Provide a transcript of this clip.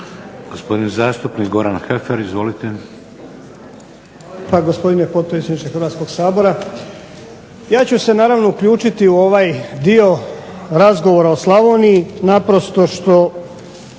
Goran (SDP)** Hvala lijepa gospodine potpredsjedniče Hrvatskog sabora. Ja ću se naravno uključiti u ovaj dio razgovora o Slavoniji, naprosto što,